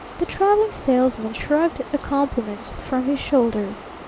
the traveling salesman shrugged the compliment from his shoulders.